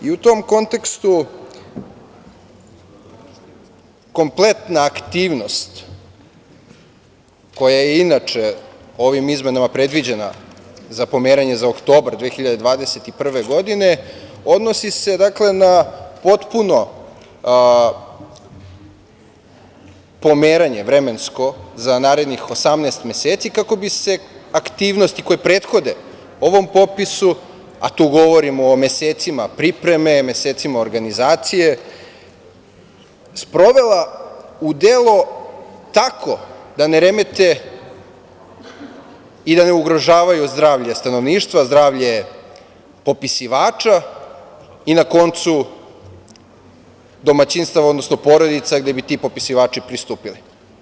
U tom kontekstu kompletna aktivnost, koja je inače ovim izmenama predviđena za pomeranje za oktobar 2021. godine, odnosi se na potpuno vremensko pomeranje za narednih 18 meseci kako bi se aktivnosti koje prethode ovom popisu, a tu govorimo o mesecima pripreme, mesecima organizacije, sprovela u delo tako da ne remete i da ne ugrožavaju zdravlje stanovništva, zdravlje popisivača i na koncu domaćinstava, odnosno porodica gde bi ti popisivači pristupili.